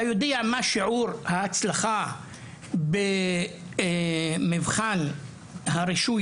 אתה יודע מה שיעור ההצלחה במבחן הרישוי